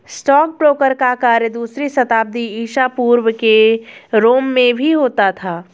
stockbroker का कार्य दूसरी शताब्दी ईसा पूर्व के रोम में भी होता था